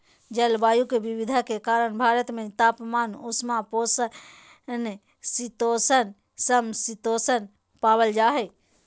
जलवायु के विविधता के कारण भारत में तापमान, उष्ण उपोष्ण शीतोष्ण, सम शीतोष्ण पावल जा हई